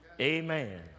amen